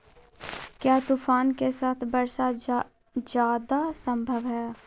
क्या तूफ़ान के साथ वर्षा जायदा संभव है?